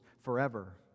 forever